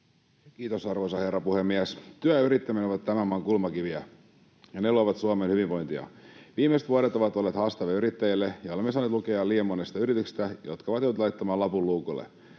Kiitos, arvoisa herra puhemies! Työ ja yrittäminen ovat tämän maan kulmakiviä, ja ne luovat Suomeen hyvinvointia. Viimeiset vuodet ovat olleet haastavia yrittäjille. Olemme saaneet lukea liian monista yrityksistä, jotka ovat joutuneet laittamaan lapun luukulle.